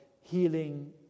healing